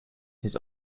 his